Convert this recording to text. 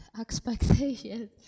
expectations